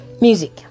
Music